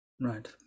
Right